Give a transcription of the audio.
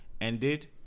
ended